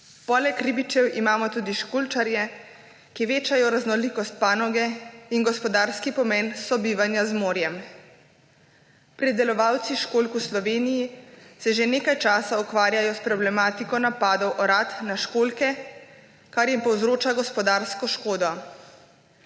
Poleg ribičev imamo tudi školjkarje, ki večajo raznolikost panoge in gospodarski pomen sobivanja z morjem. Pridelovalci školjk v Sloveniji se že nekaj časa ukvarjajo s problematiko napadov orad na školjke, kar jim povzroča gospodarsko škodo.